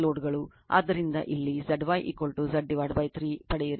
ಆದ್ದರಿಂದ ಇಲ್ಲಿ Zy Z 3 ಪಡೆಯಿರಿ